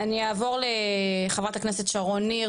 אני אעבור לחברת הכנסת שרון ניר,